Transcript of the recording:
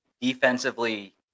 defensively